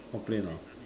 complain ah